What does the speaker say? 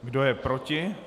Kdo je proti?